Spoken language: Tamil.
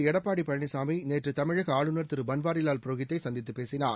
எடப்பாடி பழனிசாமி நேற்றுதமிழக ஆளுநர் திருபன்வாரிலால் புரோஹித்தைசந்தித்து பேசினார்